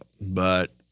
But-